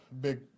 big